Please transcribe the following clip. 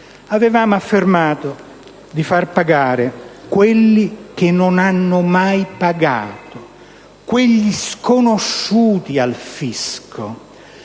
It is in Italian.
Avevamo proposto di far pagare quelli che non hanno mai pagato, da sconosciuti al fisco;